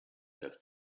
have